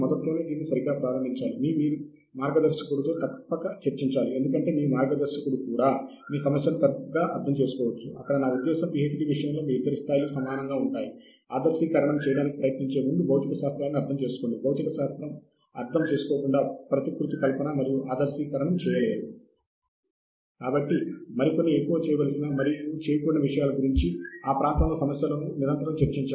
కాబట్టి దీని అర్థం ఏమిటంటే క్రొత్త వ్యాసాలూ ఏమైనా వచ్చాయా అని తనిఖీ చేయటానికి ప్రతి నెలా మనము వెబ్సైట్కు వెళ్ళవలసిన అవసరం లేదు